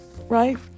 Right